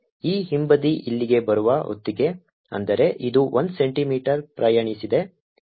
ಹಾಗಾಗಿ ಈ ಹಿಂಬದಿ ಇಲ್ಲಿಗೆ ಬರುವ ಹೊತ್ತಿಗೆ ಅಂದರೆ ಇದು 1 ಸೆಂಟಿಮೀಟರ್ ಪ್ರಯಾಣಿಸಿದೆ